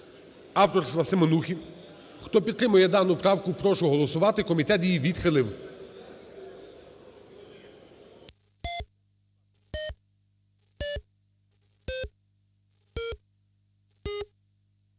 авторства Семенухи. Хто підтримує дану правку, прошу голосувати. Комітет її відхилив.